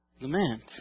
lament